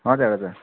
हजुर हजुर